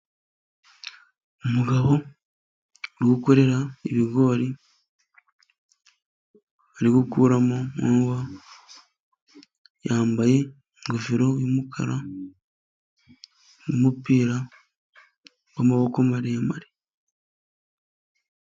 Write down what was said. Umugabo uri gukorera ibigori, uri gukuramo nkongwa, yambaye ingofero y'umukara, n'umupira w'amaboko maremare.